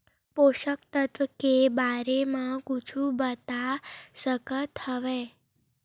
पोषक तत्व के बारे मा कुछु बता सकत हवय?